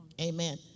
amen